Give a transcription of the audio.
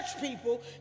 people